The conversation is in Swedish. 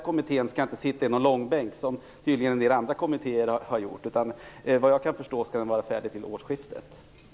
Kommittén skall inte sitta i någon långbänk, som en del andra kommittéer tydligen har gjort, utan den skall enligt vad jag kan förstå vara färdig till årsskiftet.